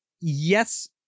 yes